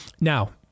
Now